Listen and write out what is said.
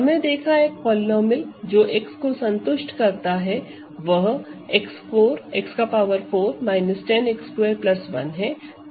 हमने देखा है एक पॉलीनोमिअल जो x को संतुष्ट करता है वह x4 10 x2 1 है